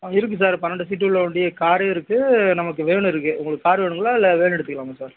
ஆ இருக்கு சார் பன்னெண்டு சீட் உள்ள வண்டி காரே இருக்கு நமக்கு வேனும் இருக்கு உங்களுக்கு கார் வேணுங்களா இல்லை வேனும் எடுத்துக்கலாமா சார்